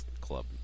club